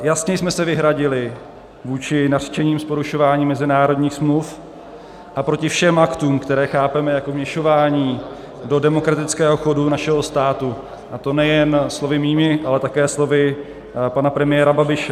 Jasně jsme se vyhradili vůči nařčením z porušování mezinárodních smluv a proti všem aktům, které chápeme jako vměšování do demokratického chodu našeho státu, a to nejen slovy mými, ale také slovy pana premiéra Babiše.